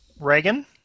Reagan